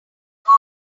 gone